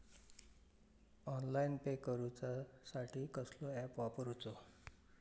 Online pay करूचा साठी कसलो ऍप वापरूचो?